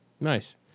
nice